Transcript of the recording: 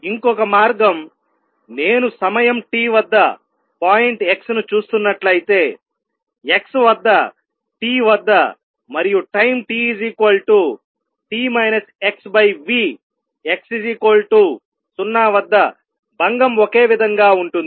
ఇంకొక మార్గం నేను సమయం t వద్ద పాయింట్ x ను చూస్తున్నట్లయితే x వద్ద t వద్ద మరియు time t t x v x 0 వద్ద భంగం ఒకే విధంగా ఉంటుంది